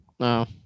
No